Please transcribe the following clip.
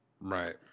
Right